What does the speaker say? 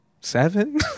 seven